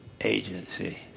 agency